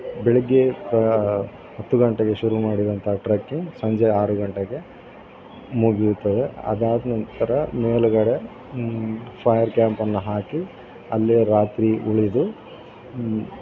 ಬೆಳಿಗ್ಗೆ ಹತ್ತು ಗಂಟೆಗೆ ಶುರು ಮಾಡಿದಂಥ ಟ್ರಕ್ಕಿಂಗ್ ಸಂಜೆ ಆರು ಗಂಟೆಗೆ ಮುಗಿಯುತ್ತದೆ ಅದಾದ ನಂತರ ಮೇಲುಗಡೆ ಫೈರ್ ಕ್ಯಾಂಪನ್ನು ಹಾಕಿ ಅಲ್ಲೇ ರಾತ್ರಿ ಉಳಿದು